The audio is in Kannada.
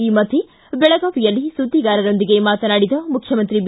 ಈ ಮಧ್ಯೆ ದೆಳಗಾವಿಯಲ್ಲಿ ಸುದ್ದಿಗಾರರೊಂದಿಗೆ ಮಾತನಾಡಿದ ಮುಖ್ಯಮಂತ್ರಿ ಬಿ